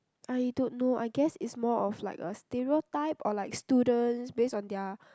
I don't know I guess it's more of like a stereotype or like students based on their